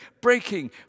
Breaking